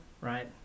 Right